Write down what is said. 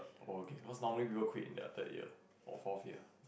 oh okay cause normally we will quit in the third year or fourth year